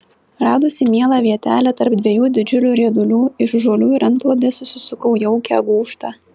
radusi mielą vietelę tarp dviejų didžiulių riedulių iš žolių ir antklodės susisukau jaukią gūžtą